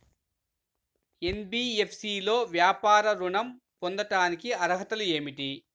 NBFC లో వ్యాపార ఋణం పొందటానికి అర్హతలు ఏమిటీ?